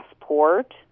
passport